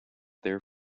there